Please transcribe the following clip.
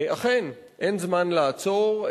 אכן אין זמן לעצור,